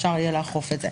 אפשר יהיה לאכוף את זה.